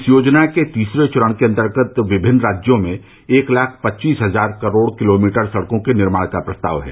इस योजना के तीसरे चरण के अंतर्गत विभिन्न राज्यों में एक लाख पच्चीस हजार किलोमीटर सड़कों के निर्माण का प्रस्ताव है